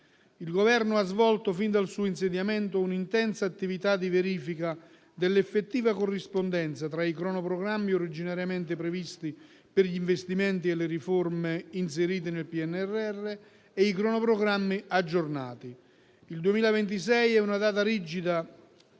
Il Governo ha svolto fin dal suo insediamento un'intensa attività di verifica dell'effettiva corrispondenza tra i cronoprogrammi originariamente previsti per gli investimenti e le riforme inserite nel PNRR e i cronoprogrammi aggiornati. Il 2026 è una data rigida